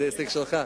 זה הישג שלך.